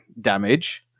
damage